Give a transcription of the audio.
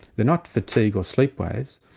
they're not fatigue or sleep waves,